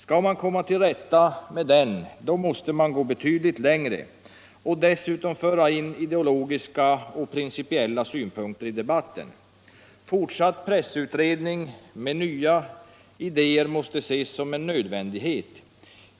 Skall man komma till rätta med den situationen måste man gå betydligt längre och dessutom föra in ideologiska och principiella synpunkter i debatten. Fortsatt pressutredning med nya idéer måste ses som en nödvändighet.